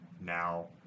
Now